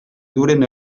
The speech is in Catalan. duren